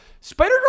Spider